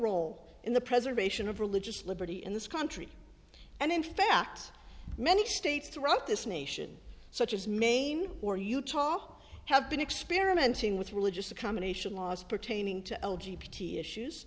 role in the preservation of religious liberty in this country and in fact many states throughout this nation such as maine or utah have been experimenting with religious a combination laws pertaining to l g p t issues